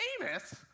Amos